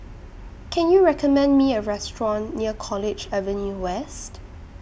Can YOU recommend Me A Restaurant near College Avenue West